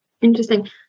Interesting